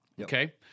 okay